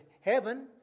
heaven